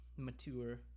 mature